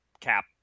cap